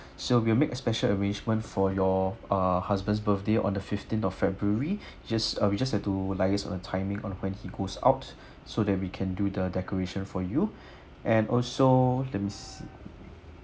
so we'll make a special arrangement for your uh husband's birthday on the fifteen of february just uh we just have to liaise on the timing on when he goes out so that we can do the decoration for you and also let me see